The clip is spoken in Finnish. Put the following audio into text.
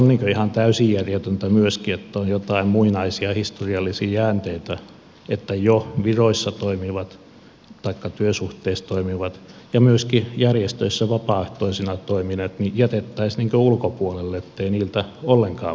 se on ihan täysin järjetöntä myöskin että on joitain muinaisia historiallisia jäänteitä että jo viroissa toimivat taikka työsuhteissa toimivat ja myöskin järjestöissä vapaaehtoisina toimineet jätettäisiin ulkopuolelle ettei heiltä ollenkaan vaadittaisi näitä otteita